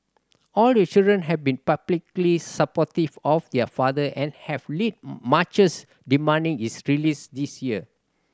all the children have been publicly supportive of their father and have led marches demanding his release this year